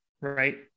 right